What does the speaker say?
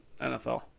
NFL